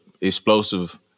explosive